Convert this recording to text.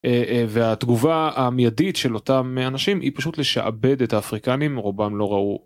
והתגובה המיידית של אותם אנשים היא פשוט לשעבד את האפריקנים רובם לא ראו.